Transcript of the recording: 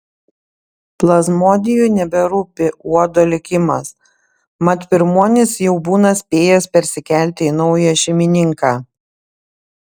plazmodijui neberūpi uodo likimas mat pirmuonis jau būna spėjęs persikelti į naują šeimininką